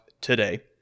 today